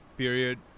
period